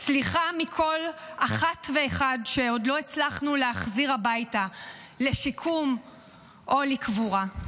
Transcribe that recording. סליחה מכל אחת ואחד שעוד לא הצלחנו להחזיר הביתה לשיקום או לקבורה.